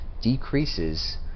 decreases